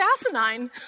asinine